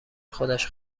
خودش